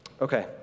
Okay